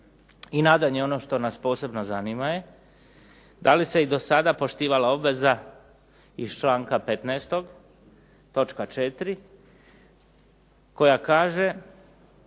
I nadalje, ono što nas posebno zanima je da li se i do sada poštivala obveza iz članka 15. točka 4.